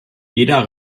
jeder